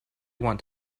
want